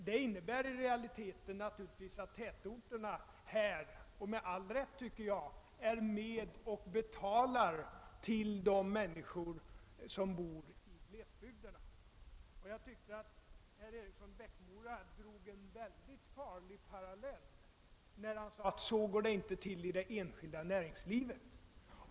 Detta innebär naturligtvis i realiteten att tätorterna här, enligt min mening med all rätt, är med och betalar för de människor som bor i glesbygderna. Jag tycker att herr Eriksson i Bäckmora drog en mycket farlig parallell när han sade att det inte går till på det sättet inom det enskilda näringslivet.